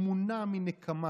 הוא מונע מנקמה,